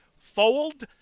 fold